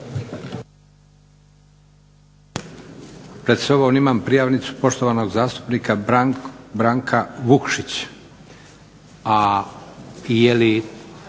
Hvala vam